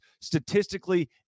statistically